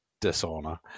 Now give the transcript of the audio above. dishonor